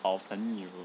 好朋友